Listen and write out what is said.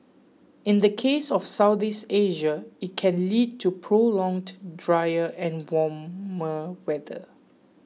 in the case of Southeast Asia it can lead to prolonged drier and warmer weather